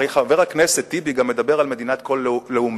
הרי חבר הכנסת טיבי גם מדבר על מדינת כל לאומיה.